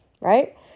right